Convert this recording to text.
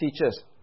teachers